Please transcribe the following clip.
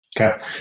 okay